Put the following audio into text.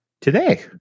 Today